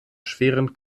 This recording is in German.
schweren